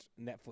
Netflix